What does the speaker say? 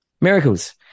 Miracles